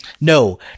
No